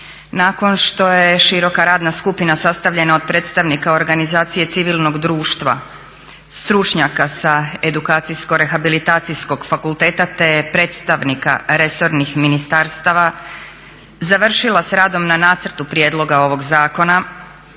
Nakon što je široka radna skupina sastavljena od predstavnika organizacije civilnoga društva, stručnjaka sa Edukacijsko-rehabilitacijskog fakulteta te predstavnika resornih ministarstava završila sa radom na Nacrtu prijedloga ovoga Zakona,